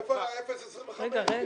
מאיפה ה-0.25%?